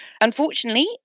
Unfortunately